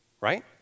right